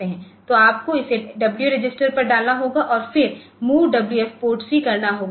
तो आपको इसे W रजिस्टर पर डालना होगा और फिर MOVWF PORTC करना होगा